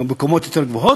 גם בקומות יותר גבוהות,